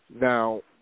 Now